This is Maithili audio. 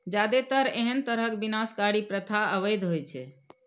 जादेतर एहन तरहक विनाशकारी प्रथा अवैध होइ छै